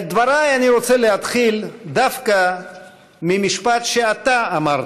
את דבריי אני רוצה להתחיל דווקא במשפט שאתה אמרת.